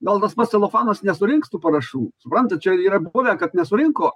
gal tas pats celofanas nesurinks tų parašų suprantat čia yra buvę kad nesurinko